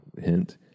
hint